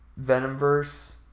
Venomverse